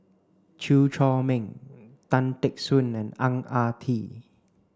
Chew Chor Meng Tan Teck Soon and Ang Ah Tee